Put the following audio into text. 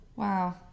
Wow